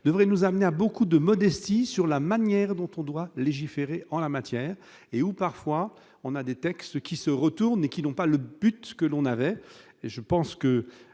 devrait nous amener à beaucoup de modestie, sur la manière dont on doit légiférer en la matière et où parfois on a des textes qui se retourne et qui n'ont pas le but que l'on avait